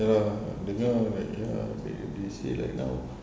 ya lah dengar baik dengar they they say that now